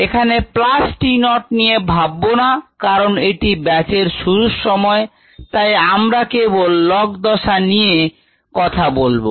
এখানে plus t naught নিয়ে ভাববো না কারণ এটি ব্যাচের শুরুর সময় তাই আমরা কেবল log দশা নিয়ে কথা বলবো